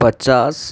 પચાસ